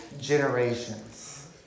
generations